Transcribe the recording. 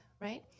Right